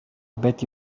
bet